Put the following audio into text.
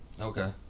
Okay